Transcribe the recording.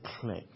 click